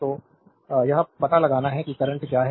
तो यह पता लगाना है कि करंट क्या है